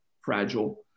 fragile